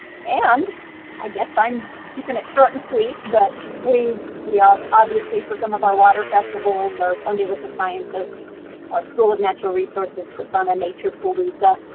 and i guess i'm keeping it short and sweet but we we obviously for some of our water festivals or sunday with the scientists our school of natural resources puts on a nature palooza,